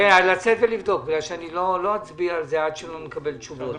אז לצאת ולבדוק כי אני לא אצביע על זה עד שלא נקבל את התשובות.